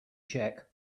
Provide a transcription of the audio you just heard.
check